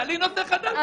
תעלי נושא חדש.